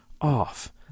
off